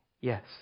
Yes